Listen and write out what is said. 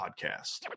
podcast